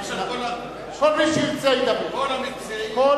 כל מי שירצה, ידבר, כל